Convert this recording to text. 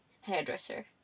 hairdresser